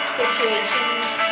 situations